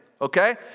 Okay